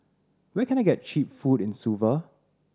where can I get cheap food in Suva